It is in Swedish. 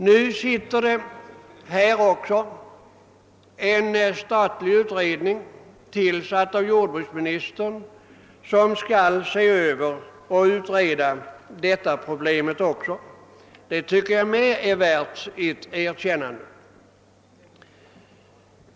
Även på detta område har jordbruksministern tillsatt en utredning som skall se över problemen. Det tycker jag är mera värt ett erkännande.